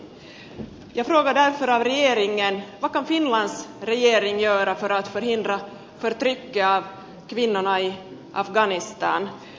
vad kan finlands regering göra för att förhindra förtrycket av kvinnorna i afghanistan